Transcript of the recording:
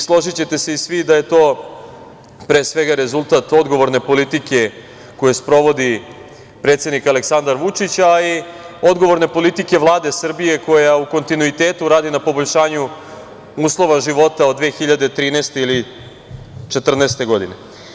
Složićete se svi da je to pre svega rezultat odgovorne politike koju sprovodi predsednik Aleksandar Vučić, a i odgovorne politike Vlade Srbije koja u kontinuitetu radi na poboljšanju uslova života od 2013. godine.